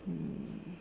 hmm